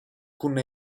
cun